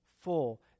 full